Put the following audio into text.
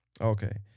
Okay